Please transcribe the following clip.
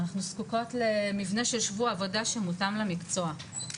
אנחנו זקוקות למבנה של שבוע עבודה שמותאם למקצוע.